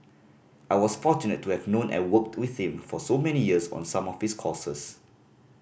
I was fortunate to have known and worked with him for so many years on some of his causes